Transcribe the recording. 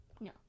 No